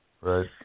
Right